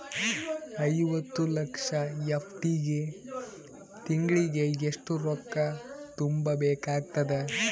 ಐವತ್ತು ಲಕ್ಷ ಎಫ್.ಡಿ ಗೆ ತಿಂಗಳಿಗೆ ಎಷ್ಟು ರೊಕ್ಕ ತುಂಬಾ ಬೇಕಾಗತದ?